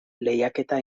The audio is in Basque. lehiaketa